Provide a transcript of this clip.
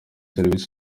serivisi